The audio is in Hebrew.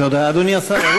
תודה, אדוני השר.